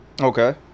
Okay